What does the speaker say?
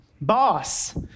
boss